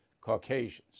Caucasians